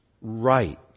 right